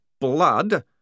blood